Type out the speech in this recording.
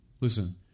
Listen